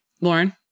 Lauren